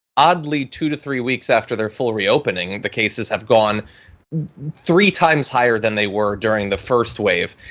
oddly two to three weeks after their full reopening, the cases have gone three times higher than they were during the first wave.